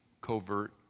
covert